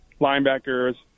linebackers